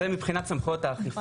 זה מבחינת סמכויות האכיפה.